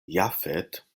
jafet